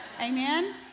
Amen